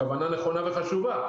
כוונה נכונה וחשובה.